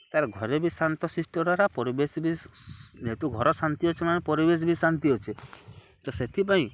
ତାର୍ ଘରେ ବି ଶାନ୍ତ ଶିଷ୍ଟ ରହେଲା ପରିବେଶ୍ ବି ଯେହେତୁ ଘର୍ ଶାନ୍ତି ଅଛେ ମାନେ ପରିବେଶ ବି ଶାନ୍ତି ଅଛେ ତ ସେଥିପାଇଁ